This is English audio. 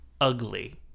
ugly